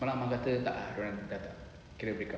semalam amar kata tak dorang dah tak kira breakup